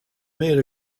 made